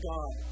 God